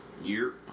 year